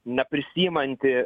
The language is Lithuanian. na prisiimanti